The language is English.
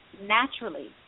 naturally